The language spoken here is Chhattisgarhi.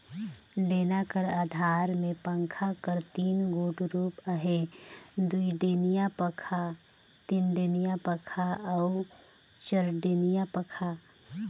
डेना कर अधार मे पंखा कर तीन गोट रूप अहे दुईडेनिया पखा, तीनडेनिया पखा अउ चरडेनिया पखा